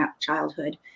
childhood